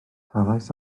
talais